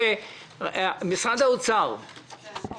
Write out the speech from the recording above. משרד האוצר, בבקשה.